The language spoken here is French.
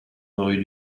rue